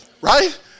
right